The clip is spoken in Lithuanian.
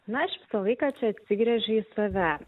na aš visą laiką čia atsigręžiu į save